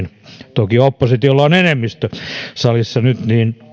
toki oppositiolla on enemmistö salissa nyt